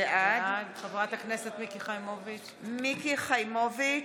בעד מיקי חיימוביץ'